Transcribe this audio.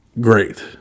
Great